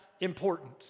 important